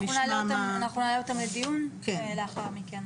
אנחנו נעלה אותם לדיון לאחר מכן.